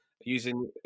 using